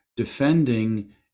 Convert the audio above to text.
defending